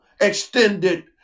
extended